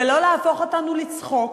ולא להפוך אותנו לצחוק.